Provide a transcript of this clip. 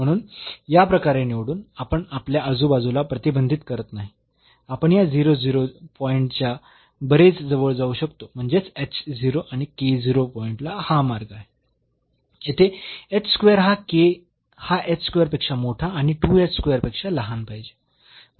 म्हणून या प्रकारे निवडून आपण आपल्या आजूबाजूला प्रतिबंधित करत नाही आपण या पॉईंटच्या बरेच जवळ जाऊ शकतो म्हणजेच h 0 आणि k 0 पॉईंटला हा मार्ग आहे येथे हा हा पेक्षा मोठा आणि पेक्षा लहान पाहिजे